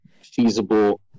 feasible